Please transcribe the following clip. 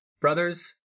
brothers